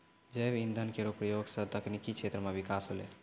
जैव इंधन केरो प्रयोग सँ तकनीकी क्षेत्र म बिकास होलै